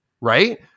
right